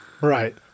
Right